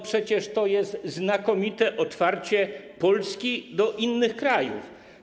Przecież to jest znakomite otwarcie Polski na inne kraje.